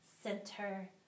center